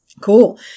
Cool